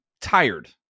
tired